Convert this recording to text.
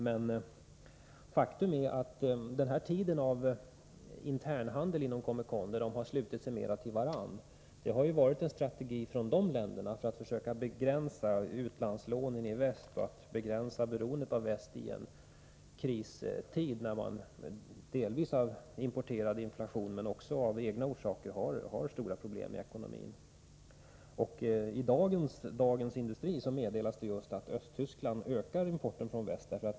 Men faktum är att den här tiden av internhandel inom COMECON, där man slutit sig mer till varandra, har inneburit en strategi från de länderna för att försöka begränsa utlandslånen i väst och minska beroendet av väst. Det har varit en kristid med delvis importerad inflation, men man har även av interna orsaker stora problem i ekonomin. I dagens nummer av Dagens Industri meddelas just att Östtyskland ökar importen från väst.